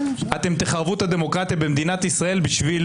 תחרבו את הדמוקרטיה במדינת ישראל בשביל